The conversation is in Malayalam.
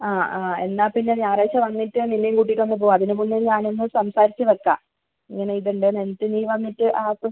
ആ ആ എന്നാൽ പിന്നെ ഞായറാഴ്ച്ച വന്നിട്ട് നിന്നെയും കൂട്ടിയിട്ട് ഒന്ന് പോവാം അതിന് മുന്നെ ഞാൻ ഒന്ന് സംസാരിച്ച് വയ്ക്കാം ഇങ്ങനെ ഇതുണ്ടെന്ന് എന്നിട്ട് നീ വന്ന് ആക്ക്